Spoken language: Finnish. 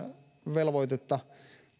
velvoitetta